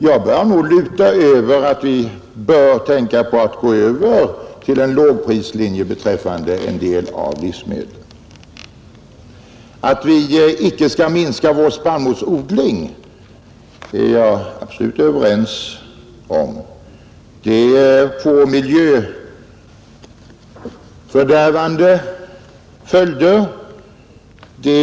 Jag börjar nog luta åt att vi bör tänka på att gå över till en lågprislinje beträffande en del av livsmedlen. Att vi icke skall minska vår spannmålsodling är vi absolut överens om, Det skulle bl.a. få miljöfördärvande följder.